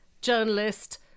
Journalist